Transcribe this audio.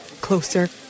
closer